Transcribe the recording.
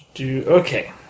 Okay